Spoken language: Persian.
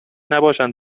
نباشند